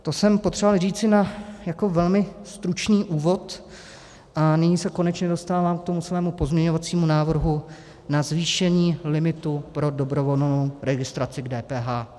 To jsem potřeboval říci na velmi stručný úvod a nyní se konečně dostávám ke svému pozměňovacímu návrhu na zvýšení limitu pro dobrovolnou registraci k DPH.